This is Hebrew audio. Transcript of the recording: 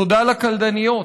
תודה לקלדניות